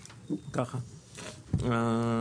לא.